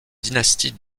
dynastie